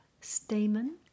stamen